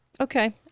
Okay